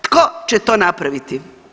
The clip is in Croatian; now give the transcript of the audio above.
Tko će to napraviti?